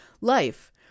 life